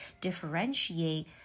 differentiate